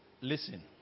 Listen